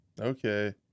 Okay